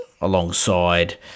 alongside